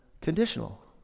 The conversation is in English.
conditional